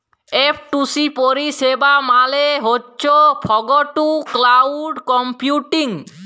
F two C পরিষেবা মালে হছ ফগ টু ক্লাউড কম্পিউটিং